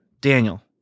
Daniel